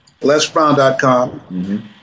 lesbrown.com